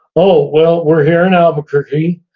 oh, well we're here in albuquerque,